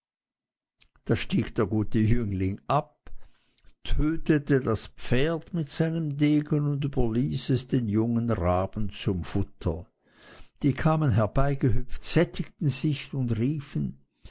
da stieg der gute jüngling ab tötete das pferd mit seinem degen und überließ es den jungen raben zum futter die kamen herbeigehüpft sättigten sich und riefen